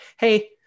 hey